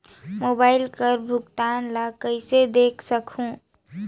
Mobile कर भुगतान ला कइसे देख सकहुं?